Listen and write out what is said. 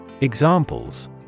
Examples